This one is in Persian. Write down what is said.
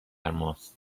ماست